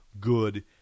good